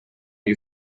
you